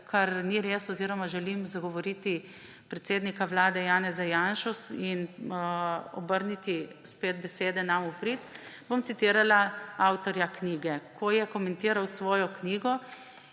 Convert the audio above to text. kar ni res oziroma želim zagovarjati predsednika Vlade Janeza Janšo in obrniti besede nam v prid − avtorja knjige, ki je komentiral svojo knjigo